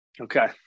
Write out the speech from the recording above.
Okay